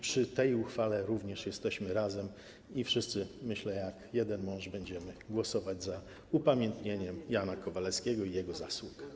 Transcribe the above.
Przy tej uchwale również jesteśmy razem i myślę, że wszyscy jak jeden mąż będziemy głosować za upamiętnieniem Jana Kowalewskiego i jego zasług.